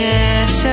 Yes